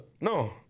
No